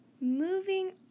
Moving